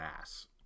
ass